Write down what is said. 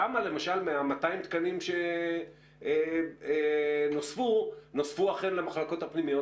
כמה מ-200 התקנים שנוספו נוספו אכן למחלקות הפנימיות?